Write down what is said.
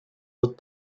autres